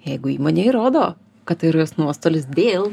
jeigu įmonė įrodo kad tai yra jos nuostolis dėl